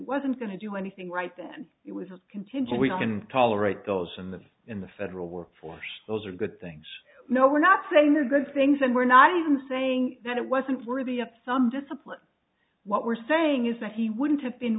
wasn't going to do anything right then it was contingent we can tolerate those in the in the federal workforce those are good things no we're not saying the good things and we're not even saying that it wasn't worthy of some discipline what we're saying is that he wouldn't have been